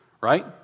right